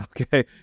okay